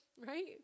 right